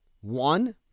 One